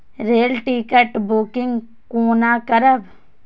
Rail ticket booking कोना करब?